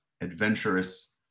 adventurous